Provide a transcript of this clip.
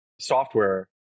software